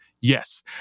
Yes